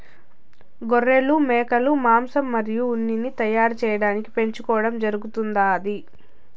గొర్రెలు, మేకలను మాంసం మరియు ఉన్నిని తయారు చేయటానికి పెంచుకోవడం జరుగుతాంది